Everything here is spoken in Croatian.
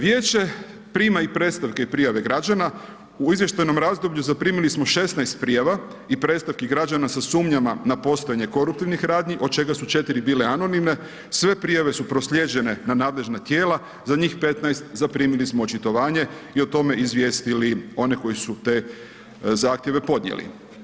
Vijeće prima i predstavke i prijave građana, u izvještajnom razdoblju, zaprimili smo 16 prijava i predstavki građana, sa sumnjama na postojanje koruptivnih radnji, od čega su 4 bile anonimne i sve prijave su proslijeđene na nadležna tijela, za njih 15 zaprimili smo očitovanje i o tome izvijestili oni koji su te zahtjeve podnijeli.